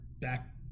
back